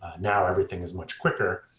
now, everything is much quicker.